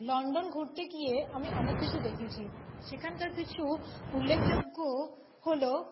London ঘুরতে গিয়ে আমি অনেক কিছু দেখেছি সেখানকার কিছু উল্লেখযোগ্য হল